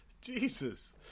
jesus